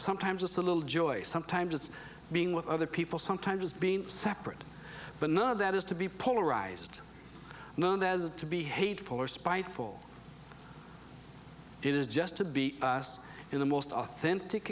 sometimes it's a little joy sometimes it's being with other people sometimes as being separate but none of that is to be polarized known as to be hateful or spiteful it is just to be us in the most authentic